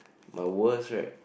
but worst right